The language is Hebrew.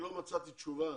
לא מצאתי תשובה